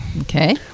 Okay